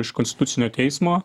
iš konstitucinio teismo